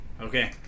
okay